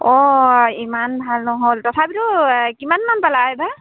অঁ ইমান ভাল নহ'ল তথাপিতো কিমানমান পালা এইবাৰ